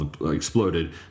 exploded